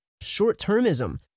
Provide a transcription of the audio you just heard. short-termism